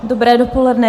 Dobré dopoledne.